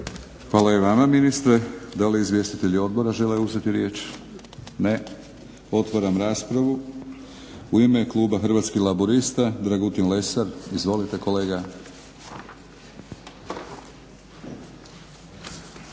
Hvala i vama ministre. Da li izvjestitelji odbora žele uzeti riječ? Ne. Otvaram raspravu. U ime kluba Hrvatskih laburista Dragutin Lesar. Izvolite kolega.